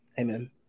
amen